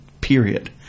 period